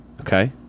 Okay